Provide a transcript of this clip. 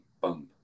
bump